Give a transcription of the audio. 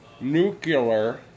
nuclear